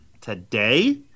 today